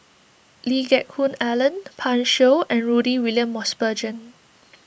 Lee Geck Hoon Ellen Pan Shou and Rudy William Mosbergen